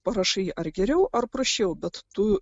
parašai ar geriau ar prasčiau bet tu